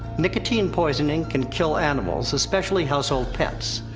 nicotine poising and can kill animals, especially household pets.